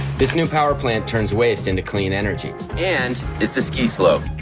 this new power plant turns waste into clean energy. and it's a ski slope.